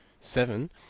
Seven